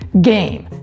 game